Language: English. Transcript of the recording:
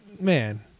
man